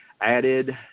added